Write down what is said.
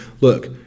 look